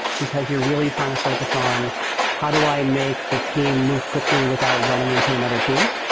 because you're really trying to focus on how do i make the team move quickly without running into another team.